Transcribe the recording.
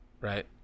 Right